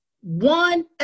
one